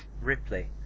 Ripley